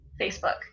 Facebook